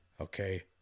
Okay